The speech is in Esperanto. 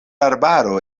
arbaro